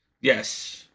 Yes